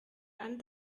ein